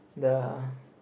the